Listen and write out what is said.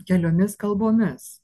keliomis kalbomis